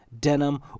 denim